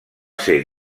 ser